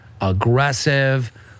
aggressive